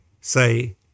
say